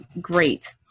great